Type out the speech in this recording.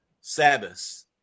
Sabbath